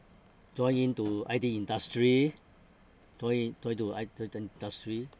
join in to I_T industry join in join to I_T in~ industry